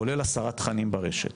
כולל הסרת תכנים ברשת,